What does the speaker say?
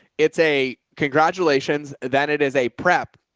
it's a congratulations, then it is a prep.